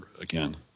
again